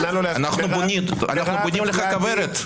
אנחנו בונים לך כוורת.